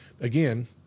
Again